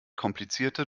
komplizierter